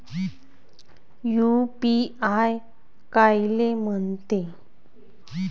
UPI कायले म्हनते?